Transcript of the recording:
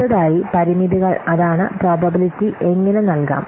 അടുത്തതായി പരിമിതികൾ അതാണ് പ്രോബബിലിറ്റി എങ്ങനെ നൽകാം